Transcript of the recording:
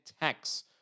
tax